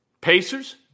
Pacers